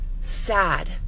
sad